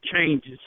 changes